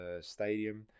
Stadium